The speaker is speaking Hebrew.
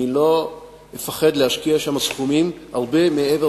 אני לא אפחד להשקיע שם סכומים הרבה מעבר